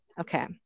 Okay